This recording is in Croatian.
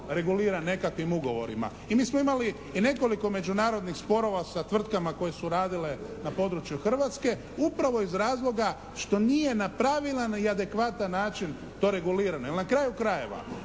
regulira nekakvim ugovorima. I mi smo imali nekoliko međunarodnih sporova sa tvrtkama koje su radile na području Hrvatske upravo iz razloga što nije na pravilan i adekvatan način to regulirano. Jer na kraju krajeva,